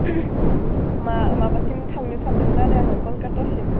मा माबासिम थांनो सान्दोंमोन आरो आङो कलकातासिम